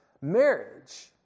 marriage